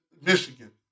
Michigan